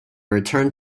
returned